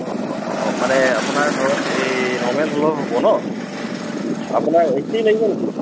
অঁ অঁ অঁ অঁ মানে আপোনাৰ ধৰক এই নৰ্মেল হ'লেও হ'ব নহ্ আপোনাৰ এ চি লাগিব নেকি